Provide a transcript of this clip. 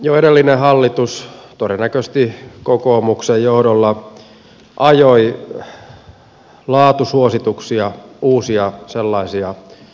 jo edellinen hallitus todennäköisesti kokoomuksen johdolla ajoi laatusuosituksia uusia sellaisia vanhustenhuoltoon